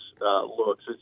looks